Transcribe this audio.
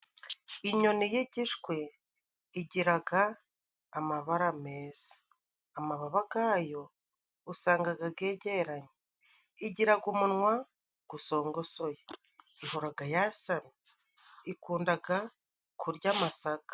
Inyoni y'igishwi igiraga amabara meza, amababa gayo usangaga gegeranye, igiraga umunwa gusogosoye, ihoraga yasamye, ikundaga kurya amasaka.